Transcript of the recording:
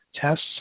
tests